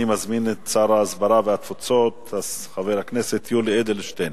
אני מזמין את שר ההסברה והתפוצות חבר הכנסת יולי אדלשטיין.